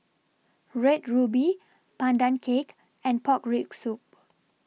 Red Ruby Pandan Cake and Pork Rib Soup